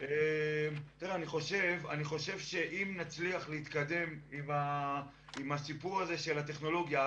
אני חושב שאם נצליח להתקדם עם הסיפור הזה של הטכנולוגיה,